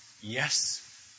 yes